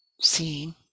seeing